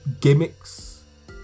gimmicks